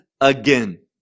again